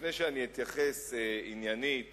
ולפני שאני אתייחס עניינית